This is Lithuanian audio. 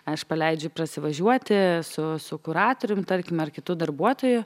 aš paleidžiu prasivažiuoti su su kuratorium tarkime ar kitu darbuotoju